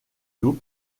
îlot